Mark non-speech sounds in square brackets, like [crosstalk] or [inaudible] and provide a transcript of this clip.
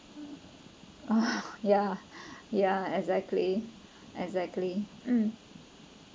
oh [laughs] yeah yeah exactly exactly um